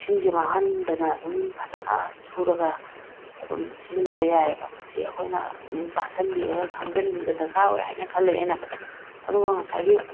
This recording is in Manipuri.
ꯏꯁꯤꯡꯁꯦ ꯃꯥꯡꯍꯟꯗꯅ ꯑꯗꯨꯝ ꯐꯖꯅ ꯁꯨꯔꯒ ꯑꯗꯨꯝ ꯁꯤꯖꯤꯟꯅꯕ ꯌꯥꯏꯌꯦꯕ ꯃꯁꯤ ꯑꯩꯈꯣꯏꯅ ꯑꯗꯨꯝ ꯇꯥꯁꯤꯟꯕꯤꯔꯕ ꯈꯪꯖꯤꯟꯕꯤꯕ ꯗꯔꯀꯥꯔ ꯑꯣꯏ ꯍꯥꯏꯅ ꯈꯜꯂꯦ ꯑꯩꯅ ꯑꯗꯨꯒ ꯉꯁꯥꯏꯒꯤ